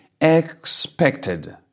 expected